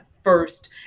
first